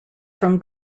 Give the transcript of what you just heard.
from